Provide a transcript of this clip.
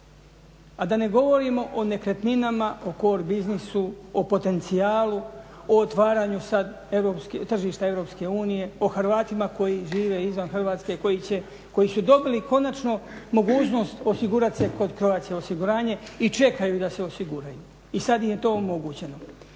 A da ne govorimo o nekretninama, o COR biznisu, o potencijalu, o otvaranju sa tržišta EU, o Hrvatima koji žive izvan Hrvatske, koji će, koji su dobili konačno mogućnost osigurati se kod Croatia osiguranje i čekaju da se osiguraju i sad im je to omogućeno.